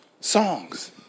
songs